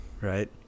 right